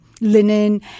linen